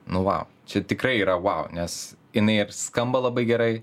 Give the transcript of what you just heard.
nu vau čia tikrai yra vau nes jinai ir skamba labai gerai